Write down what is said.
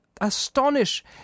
astonish